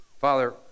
Father